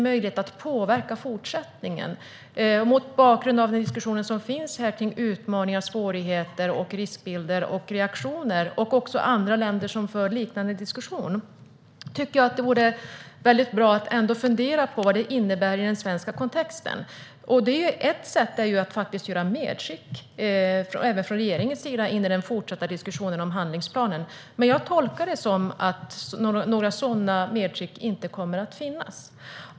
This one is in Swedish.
Mot bakgrund av diskussionen om utmaningar, svårigheter, riskbilder och reaktioner, liksom att andra länder för en liknande diskussion, tycker jag att det vore bra att ändå fundera på vad detta innebär i den svenska kontexten när det nu finns en öppning och möjlighet att påverka fortsättningen. Ett sätt är att även från regeringens sida göra medskick in i den fortsatta diskussionen om handlingsplanen. Jag tolkar det dock som att några sådana medskick inte kommer att finnas.